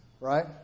right